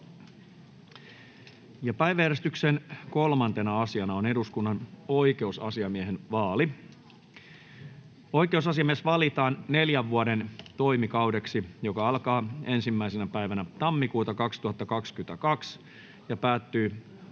Päiväjärjestyksen 3. asiana on eduskunnan oikeusasiamiehen vaali. Oikeusasiamies valitaan neljän vuoden toimikaudeksi, joka alkaa 1.1.2022 ja päättyy